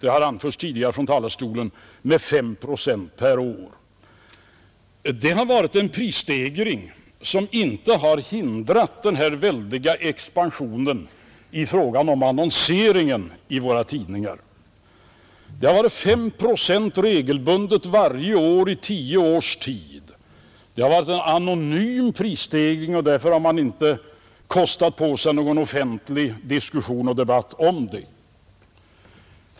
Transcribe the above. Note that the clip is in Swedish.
Från talarstolen har tidigare antytts 5 procent per år. Den prisstegringen har inte hindrat den väldiga expansionen i fråga om annonseringen i våra tidningar. Det har varit 5 procent regelbundet varje år i tio års tid, men det har varit en anonym prisstegring, och därför har man inte kostat på sig någon offentlig diskussion om den.